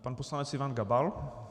Pan poslanec Ivan Gabal.